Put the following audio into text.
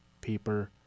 paper